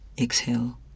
Exhale